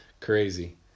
Crazy